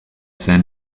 san